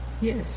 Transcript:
Yes